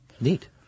Neat